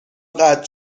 قطع